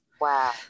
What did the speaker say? Wow